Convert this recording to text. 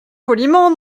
poliment